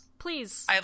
Please